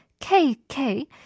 KK